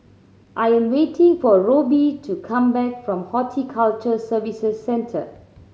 I am waiting for Robbie to come back from Horticulture Services Centre